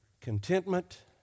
Contentment